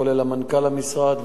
כולל מנכ"ל המשרד,